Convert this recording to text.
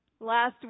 last